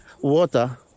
water